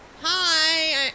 hi